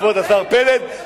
כבוד השר פלד.